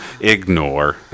Ignore